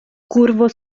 curvo